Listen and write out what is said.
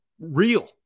real